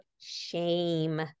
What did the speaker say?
shame